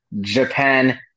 Japan